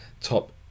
top